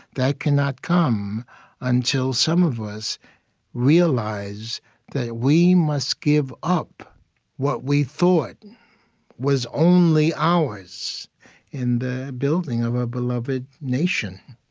that cannot come until some of us realize that we must give up what we thought was only ours in the building of a beloved nation.